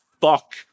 fuck